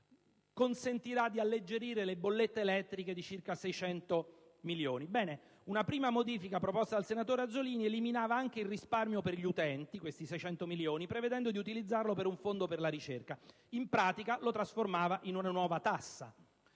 consentirà di alleggerire le bollette elettriche di circa 600 milioni di euro. Bene, una prima modifica proposta dal senatore Azzollini eliminava anche il risparmio per gli utenti (questi 600 milioni), prevedendo di utilizzarli per un fondo per la ricerca: in pratica, lo trasformava in una nuova tassa.